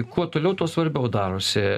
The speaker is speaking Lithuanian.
kuo toliau tuo svarbiau darosi